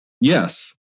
Yes